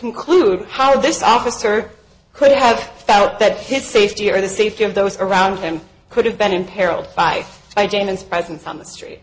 onclude how this officer could have felt that his safety or the safety of those around him could have been imperiled by i j n and presence on the street